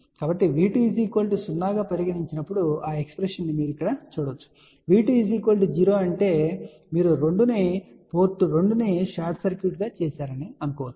కాబట్టి V2 0 గా పరిగణించి నప్పుడు ఆ ఎక్స్ప్రెషన్ ను మీరు చూడవచ్చు మరియు V2 0 అంటే మీరు పోర్ట్ 2 ను షార్ట్ సర్క్యూట్ చేశారు అని అర్థం